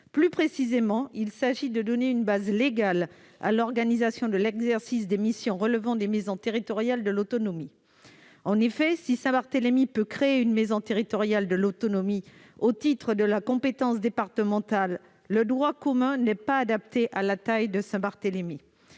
Plus précisément, il s'agit de donner une base légale à l'organisation de l'exercice des missions relevant des maisons territoriales de l'autonomie. En effet, si Saint-Barthélemy peut créer une maison territoriale de l'autonomie au titre de la compétence départementale, le droit commun n'est pas adapté à la taille de la collectivité.